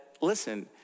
listen